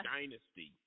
Dynasty